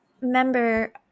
member